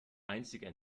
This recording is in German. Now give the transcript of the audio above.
einziger